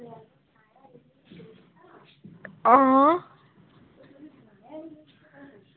हां